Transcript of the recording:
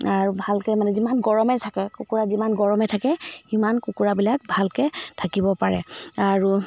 আৰু ভালকৈ মানে যিমান গৰমে থাকে কুকুৰা যিমান গৰমে থাকে সিমান কুকুৰাবিলাক ভালকৈ থাকিব পাৰে আৰু